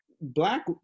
Black